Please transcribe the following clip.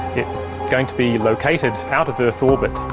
it's going to be located out of earth orbit,